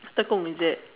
Tekong is it